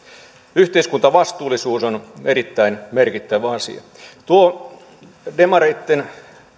yhteiskuntavastuullisuus on erittäin merkittävä asia tuo demareitten